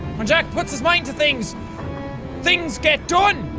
when jack puts his mind to things things get done!